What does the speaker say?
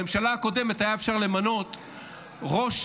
בממשלה הקודמת היה אפשר למנות מנכ"ל,